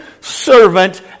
servant